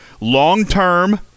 Long-term